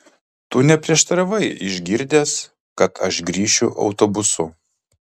tu neprieštaravai išgirdęs kad aš grįšiu autobusu